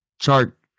chart